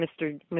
Mr